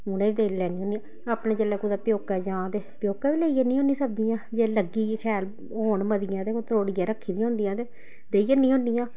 उ'नें गी देई लैन्नी होन्नी अपने जेल्लै कुतै प्योकै जांऽ ते प्योकै बी लेई जन्नी होन्नी सब्जियां जे लग्गी दी शैल होन मतियां ते त्रोड़ियै रक्खी दी होंदियां ते देई जन्नी होन्नी आं